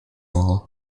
all